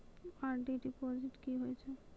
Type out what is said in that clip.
RD deposit की होय छै?